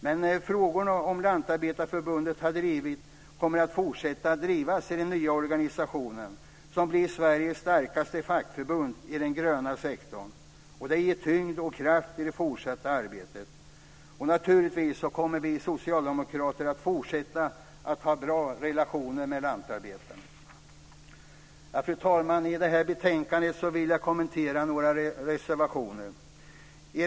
Men frågorna som Lantarbetareförbundet har drivit kommer att fortsätta att drivas i den nya organisationen som blir Sveriges starkaste fackförbund i den gröna sektorn. Det ger tyngd och kraft i det fortsatta arbetet. Naturligtvis kommer vi socialdemokrater att fortsätta att ha bra relationer med lantarbetarna. Fru talman! Jag vill kommentera några reservationer i det här betänkandet.